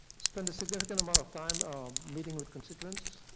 spent a significant amount of time meeting with constituents.